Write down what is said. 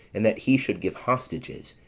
and that he should give hostages,